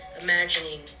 imagining